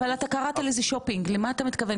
אבל קראת לזה שופינג, למה אתה מתכוון?